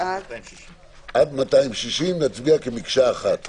עד 260. כן?